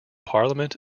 parliament